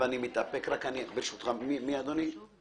מי אדוני?